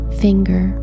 finger